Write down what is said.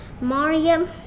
Mariam